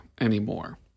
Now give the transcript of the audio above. anymore